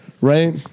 right